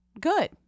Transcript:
Good